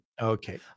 Okay